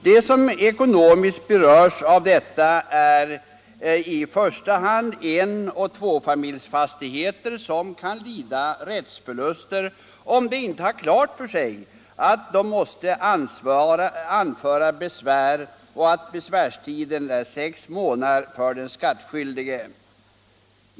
De som ekonomiskt berörs av detta är i första hand ägarna till enoch tvåfamiljsfastigheter, som kan lida rättsförluster om de inte har klart för sig att de måste anföra besvär och att besvärstiden är sex månader för den skattskyldige.